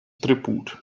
tribut